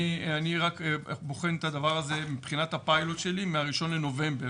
אני רק בוחן את הדבר הזה מבחינת הפיילוט שלי מה-1 בנובמבר.